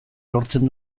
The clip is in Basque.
lortzen